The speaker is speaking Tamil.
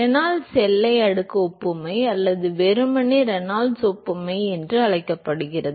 ரெனால்ட்ஸ் எல்லை அடுக்கு ஒப்புமை அல்லது வெறுமனே ரெனால்ட்ஸ் ஒப்புமை என்று அழைக்கப்படுகிறது